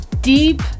deep